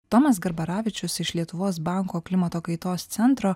tomas garbaravičius iš lietuvos banko klimato kaitos centro